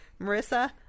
Marissa